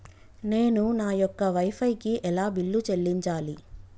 నేను నా యొక్క వై ఫై కి ఎలా బిల్లు చెల్లించాలి?